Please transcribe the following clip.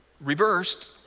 reversed